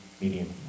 medium